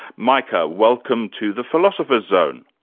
michah, welcome to the philosopher's zone.